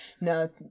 no